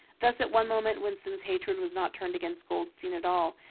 thus, at one moment winston's hatred was not turned against goldstein at all,